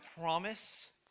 promise